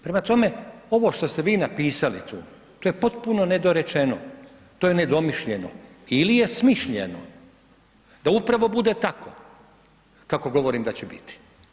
Prema tome, ovo što ste vi napisali tu, to je potpuno nedorečeno, to je nedomišljeno ili je smišljeno, da upravo bude tako kako govorim da će biti.